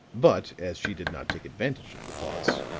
but as she did not take advantage of the pause,